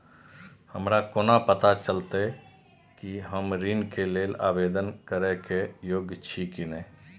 हमरा कोना पताा चलते कि हम ऋण के लेल आवेदन करे के योग्य छी की ने?